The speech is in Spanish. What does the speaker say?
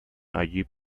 allí